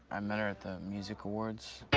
i met her at the music awards.